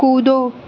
कूदो